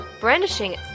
brandishing